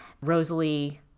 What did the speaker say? Rosalie